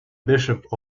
bishop